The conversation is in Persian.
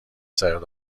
سرت